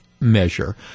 measure